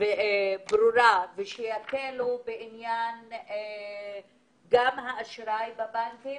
ברורה לגבי הקלה בקבלת אשראי והלוואות מהבנקים,